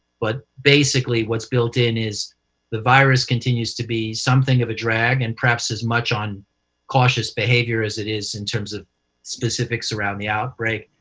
but basically, what's built in is the virus continues to be something of a drag, and perhaps as much on cautious behavior as it is in terms of specifics around the outbreak,